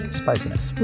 spiciness